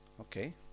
Okay